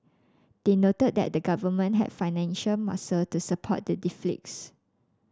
they noted that the government have financial muscle to support the deficits